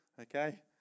okay